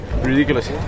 Ridiculous